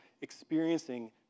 experiencing